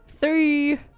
Three